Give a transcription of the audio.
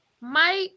Mike